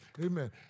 Amen